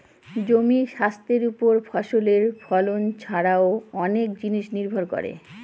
জমির স্বাস্থ্যের ওপর ফসলের ফলন ছারাও অনেক জিনিস নির্ভর করে